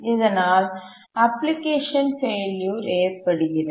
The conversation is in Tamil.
இதனால் அப்ளிகேஷன் ஃபெயிலியூர் ஏற்படுகிறது